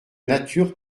nature